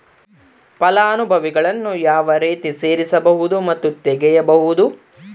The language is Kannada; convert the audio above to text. ಫಲಾನುಭವಿಗಳನ್ನು ಯಾವ ರೇತಿ ಸೇರಿಸಬಹುದು ಮತ್ತು ತೆಗೆಯಬಹುದು?